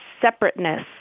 separateness